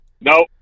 No